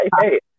hey